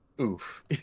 oof